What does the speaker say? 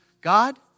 God